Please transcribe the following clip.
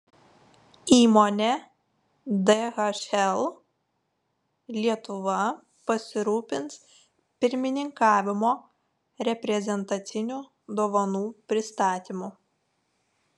įmonė dhl lietuva pasirūpins pirmininkavimo reprezentacinių dovanų pristatymu